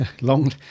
Long